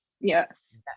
yes